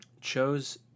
chose